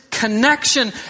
connection